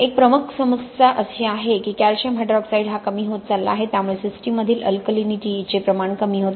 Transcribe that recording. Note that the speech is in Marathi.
एक प्रमुख समस्या अशी आहे की कॅल्शियम हायड्रॉक्साईड हा कमी होत चालला आहे त्यामुळे सिस्टम मधील अल्कलीनीटी चे प्रमाण कमी होत आहे